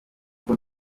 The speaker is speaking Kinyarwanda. uko